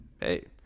hey